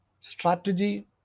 strategy